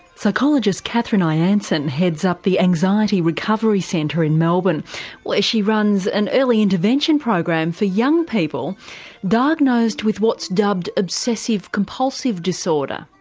psychologist kathryn i'anson and heads up the anxiety recovery centre in melbourne where she runs an early intervention program for young people diagnosed with what's dubbed obsessive compulsive disorder,